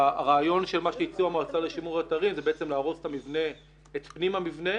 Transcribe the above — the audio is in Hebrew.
הרעיון של מה שהציעו המועצה לשימור אתרים זה בעצם להרוס את פנים המבנה